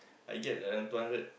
I get to earn two hundred